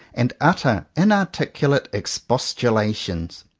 and utter inarticulate expostulations.